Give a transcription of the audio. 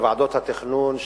של ועדות התכנון,